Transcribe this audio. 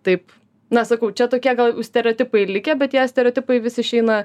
taip na sakau čia tokie stereotipai likę bet tie stereotipai vis išeina